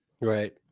Right